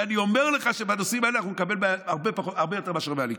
אני אומר לך שבנושאים האלה אנחנו נקבל הרבה יותר מאשר מהליכוד,